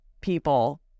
people